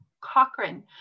Cochrane